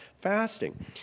fasting